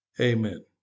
Amen